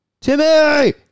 Timmy